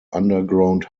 underground